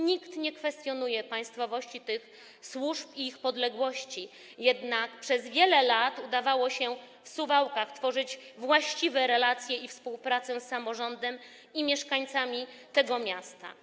Nikt nie kwestionuje państwowości tych służb i ich podległości, jednak przez wiele lat udawało się w Suwałkach tworzyć właściwe relacje i współpracę z samorządem i mieszkańcami tego miasta.